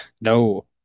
No